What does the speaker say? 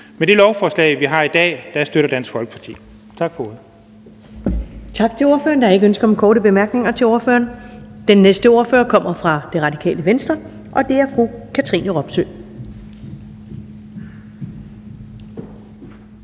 Tak for ordet. Kl. 12:33 Første næstformand (Karen Ellemann): Tak til ordføreren. Der er ikke ønske om korte bemærkninger til ordføreren. Den næste ordfører kommer fra Det Radikale Venstre, og det er fru Katrine Robsøe.